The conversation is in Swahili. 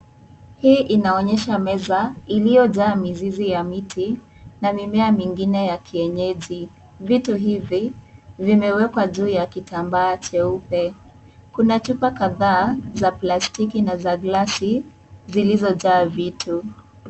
Hii inaonyesha meza iliyojaa mizizi ya miti na mimea mingine ya kienyeji. Vitu hivi, vimewekwa juu ya kitambaa cheupe. Kuna chupa kadhaa za plastiki na za glasi zilizojaa vitu.